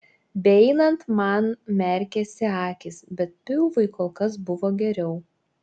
beeinant man merkėsi akys bet pilvui kol kas buvo geriau